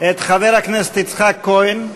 את חבר הכנסת יצחק כהן,